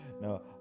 No